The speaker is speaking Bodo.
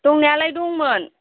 दंनायालाय दंमोन